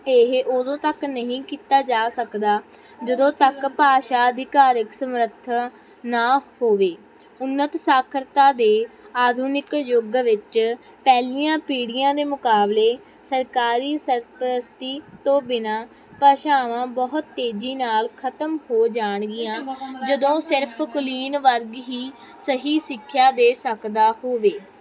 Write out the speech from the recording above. ਇਹ ਉਦੋਂ ਤੱਕ ਨਹੀਂ ਕੀਤਾ ਜਾ ਸਕਦਾ ਜਦੋਂ ਤੱਕ ਭਾਸ਼ਾ ਅਧਿਕਾਰਿਕ ਸਮਰੱਥਾ ਨਾ ਹੋਵੇ ਉਨੱਤ ਸਾਖਰਤਾ ਦੇ ਆਧੁਨਿਕ ਯੁੱਗ ਵਿੱਚ ਪਹਿਲੀਆਂ ਪੀੜ੍ਹੀਆਂ ਦੇ ਮੁਕਾਬਲੇ ਸਰਕਾਰੀ ਸਰਪਰਸਤੀ ਤੋਂ ਬਿਨਾਂ ਭਾਸ਼ਾਵਾਂ ਬਹੁਤ ਤੇਜ਼ੀ ਨਾਲ ਖਤਮ ਹੋ ਜਾਣਗੀਆਂ ਜਦੋਂ ਸਿਰਫ ਕੁਲੀਨ ਵਰਗ ਹੀ ਸਹੀ ਸਿੱਖਿਆ ਦੇ ਸਕਦਾ ਹੋਵੇ